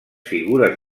figures